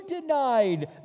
denied